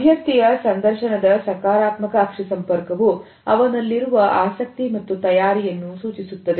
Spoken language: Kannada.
ಅಭ್ಯರ್ಥಿಯ ಸಂದರ್ಶನದ ಸಕಾರಾತ್ಮಕ ಅಕ್ಷಿ ಸಂಪರ್ಕವು ಅವನಲ್ಲಿರುವ ಆಸಕ್ತಿ ಮತ್ತು ತಯಾರಿಯನ್ನು ಸೂಚಿಸುತ್ತದೆ